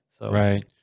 Right